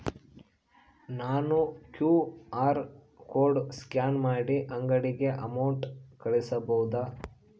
ನಾನು QR code scan ಮಾಡಿ ಅಂಗಡಿಗೆ ಅಮೌಂಟ್ ಕಳಿಸಬಹುದಾ?